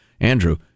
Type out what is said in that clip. Andrew